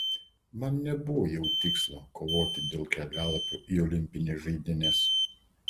man nebuvo jau tikslo kovoti dėl kelialapio į olimpines žaidynes